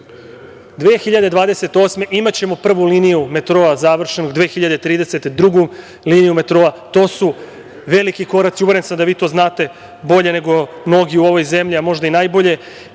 2028. imaćemo prvu liniju metroa završenu, 2030. godine drugu liniju metroa. To su veliki koraci. Uveren sam da vi to znate bolje nego mnogi u ovoj zemlji, a možda i najbolje,